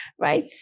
Right